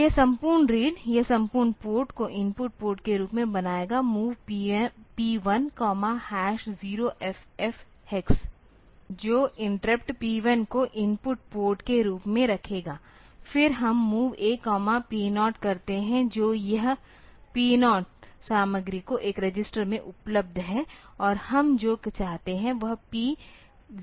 तो यह सम्पूर्ण रीड यह संपूर्ण पोर्ट को इनपुट पोर्ट के रूप में बनाएगा MOV P1 0 FF हेक्स जो इंटरप्ट P 1 को इनपुट पोर्ट के रूप में रखेगा फिर हम MOV A P 0 करते हैं तो यह P0s सामग्री को एक रजिस्टर में उपलब्ध है और हम जो चाहते हैं वह P03 है